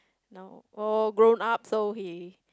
no all grown up so he